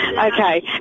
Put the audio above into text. Okay